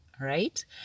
Right